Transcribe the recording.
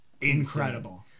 incredible